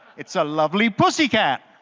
it's a lovely pussycat.